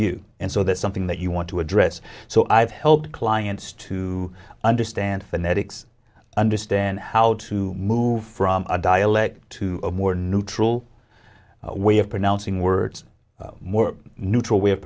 you and so that's something that you want to address so i've helped clients to understand phonetics understand how to move from a dialect to a more neutral way of pronouncing words more neutral way of